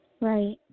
Right